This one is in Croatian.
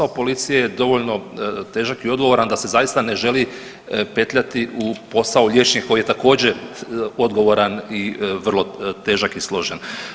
Posao policije je dovoljno težak i odgovoran da se zaista ne želi petljati u posao liječnika koji je također, odgovaran i vrlo težak i složen.